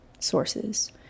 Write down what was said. sources